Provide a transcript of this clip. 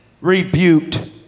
rebuked